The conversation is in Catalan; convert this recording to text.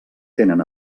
tenen